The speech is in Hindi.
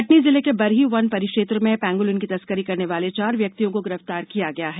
कटनी जिले के बरही वन परिक्षेत्र में पेंगुलिन की तस्करी करने वालों चार व्यक्तियों को गिरफ्तार किया गया है